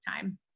time